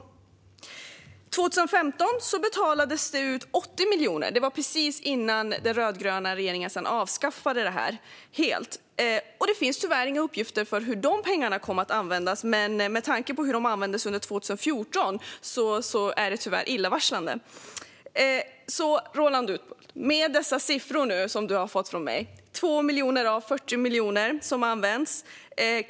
År 2015 betalades det ut 80 miljoner. Det var precis innan den rödgröna regeringen avskaffade det här helt. Det finns tyvärr inga uppgifter om hur de pengarna kom att användas, men användningen under 2014 var illavarslande. Roland Utbult! 2 miljoner av 40 miljoner användes.